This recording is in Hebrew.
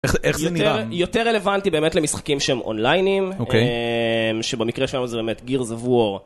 איך זה נראה? יותר רלוונטי באמת למשחקים שהם אונליינים אוקיי שבמקרה שלנו זה באמת Gears of war